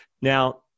Now